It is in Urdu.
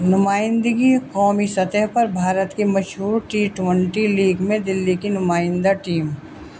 نمائندگی قومی سطح پر بھارت کی مشہور ٹی ٹوونٹی لیگ میں دلی کی نمائندہ ٹیم